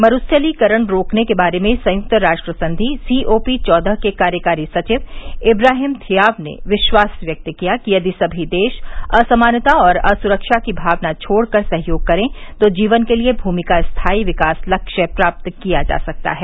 मरूस्थलीकरण रोकने के बारे में संयुक्त राष्ट्र संधि सी ओ पी चौदह के कार्यकारी सचिव इब्राहिम थिआव ने विश्वास व्यक्त किया कि यदि समी देश असमानता और असुरक्षा की भावना छोड़कर सहयोग करें तो जीवन के लिए भूमि का स्थायी विकास लक्ष्य प्राप्त किया जा सकता है